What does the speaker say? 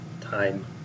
time